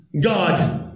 God